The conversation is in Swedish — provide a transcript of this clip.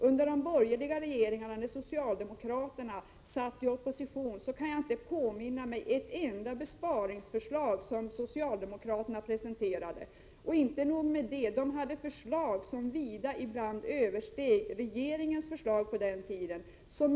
Jag kan inte påminna mig ett enda besparingsförslag från socialdemokraterna under de borgerliga regeringarnas tid, då socialdemokraterna alltså satt i opposition. Inte nog med detta; de hade förslag som ibland vida översteg regeringens förslag till utgifter på den tiden.